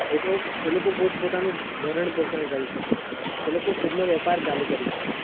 એતો એ લોકો પોત પોતાનું ભરણ પોષણ કરી શકે તે લોકો ખુદનો વેપાર શરૂ કરી શકે